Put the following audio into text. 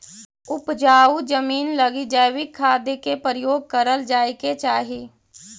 उपजाऊ जमींन लगी जैविक खाद के प्रयोग करल जाए के चाही